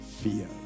fear